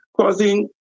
causing